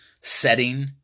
setting